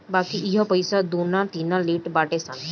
बाकी इहवा पईसा दूना तिना लेट बाटे सन